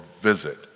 visit